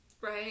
Right